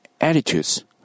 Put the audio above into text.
attitudes